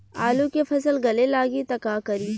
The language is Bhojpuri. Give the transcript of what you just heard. आलू के फ़सल गले लागी त का करी?